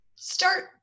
start